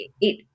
it-